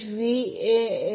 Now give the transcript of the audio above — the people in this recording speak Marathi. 36 असेल